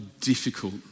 difficult